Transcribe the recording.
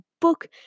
book